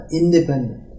independent